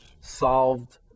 solved